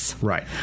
Right